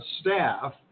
staff